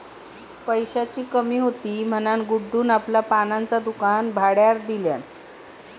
पैशाची कमी हुती म्हणान गुड्डून आपला पानांचा दुकान भाड्यार दिल्यान